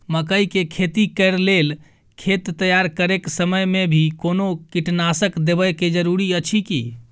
मकई के खेती कैर लेल खेत तैयार करैक समय मे भी कोनो कीटनासक देबै के जरूरी अछि की?